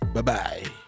Bye-bye